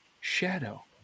Shadow